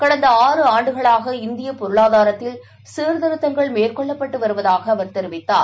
கடந்த ஆறு ஆண்டுகளாக இந்தியபொருளாதாரத்தில் சீர்திருத்தங்கள் மேற்கொள்ளப்பட்டுவருவதாகஅவர் கூறினார்